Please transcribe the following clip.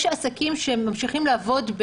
יש עסקים שממשיכים לעבוד.